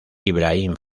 ibrahim